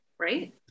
right